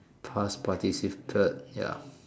past participle ya